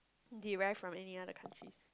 derive from any other countries